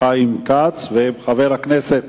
חיים כץ, חבר הכנסת